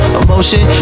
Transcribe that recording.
emotion